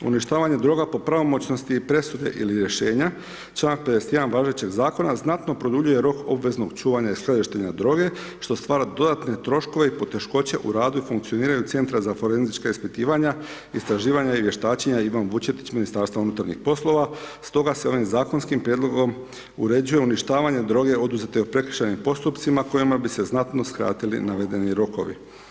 Uništavanje droga po pravomoćnosti je presude ili rješenja, članak 51. važećeg zakona, znatno produljuje rok obveznog čuvanja i skladištenja droge, što stvara dodatne troškove i poteškoće u radu i funkcioniranju centra za forenzička ispitivanja, istraživanja i vještačenja i … Ministarstva unutarnjih poslova, stoga se ovim zakonskim prijedlogom uređuje uništavanje droge oduzete o prekršajnim postupcima, kojima bi se znatno skratili navedeni rokovi.